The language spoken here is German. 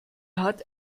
hat